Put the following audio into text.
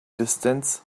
distance